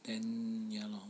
then ya lor